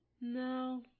No